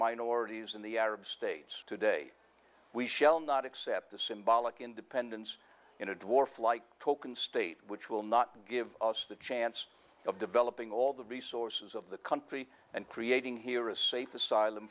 minorities in the arab states today we shall not accept a symbolic independence in a dwarf like token state which will not give us the chance of developing all the resources of the country and creating here a safe asylum